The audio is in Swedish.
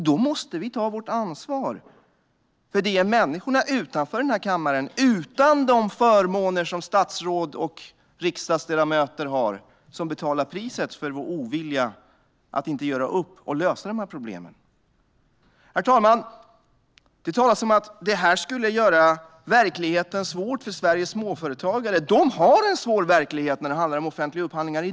Då måste vi ta vårt ansvar, för det är människorna utanför den här kammaren, utan de förmåner som statsråd och riksdagsledamöter har, som betalar priset för vår ovilja att göra upp och lösa problemen. Herr talman! Det talas om att det här skulle göra verkligheten svår för Sveriges småföretagare. Men det är i dag som dessa har en svår verklighet när det handlar om offentliga upphandlingar.